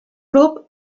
grup